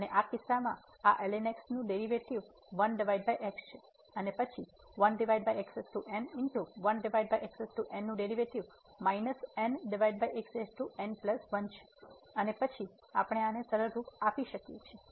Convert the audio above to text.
અને આ કિસ્સામાં આ નું ડેરિવેટિવ છે અને પછી નું ડેરિવેટિવ માઇનસ છે અને પછી આપણે આને સરળ રૂપ આપી શકીએ છીએ